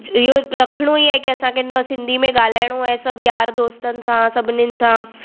इहो रखिणो ई आहे न असांखे सिंधी में ॻाल्हाइणो आहे सभु यार दोस्तनि सां सभिनिनि सां